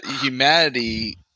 humanity